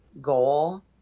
goal